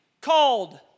called